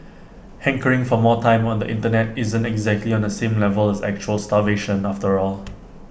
hankering for more time on the Internet isn't exactly on the same level as actual starvation after all